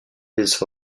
les